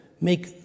make